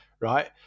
right